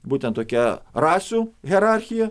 būtent tokia rasių hierarchija